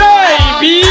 Baby